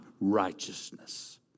righteousness